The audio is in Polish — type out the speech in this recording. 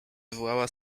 wywołała